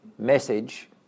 message